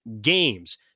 games